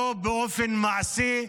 לא באופן מעשי,